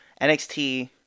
NXT